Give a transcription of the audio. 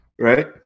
Right